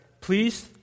please